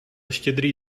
štědrý